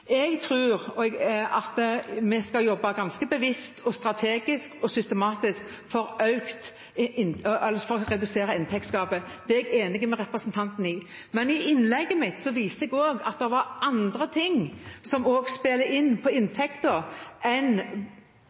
Jeg tror at vi skal jobbe ganske bevisst og strategisk og systematisk for å redusere inntektsgapet. Det er jeg enig med representanten i. Men i innlegget mitt viste jeg til at det var andre ting som også spiller inn på inntekten enn